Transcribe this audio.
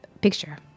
picture